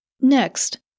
Next